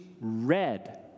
red